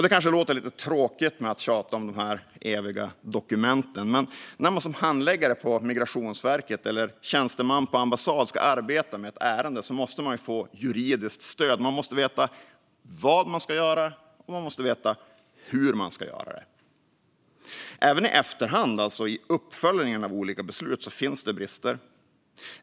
Det kanske låter lite tråkigt att tjata om dessa eviga dokument, men när man som handläggare på Migrationsverket eller som tjänsteman på en ambassad ska arbeta med ett ärende måste man få juridiskt stöd. Man måste veta vad man ska göra, och man måste veta hur man ska göra det. Även i efterhand, alltså vid uppföljningen av olika beslut, finns det brister.